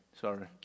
Sorry